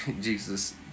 Jesus